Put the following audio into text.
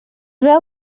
veu